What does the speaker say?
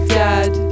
dead